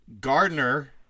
Gardner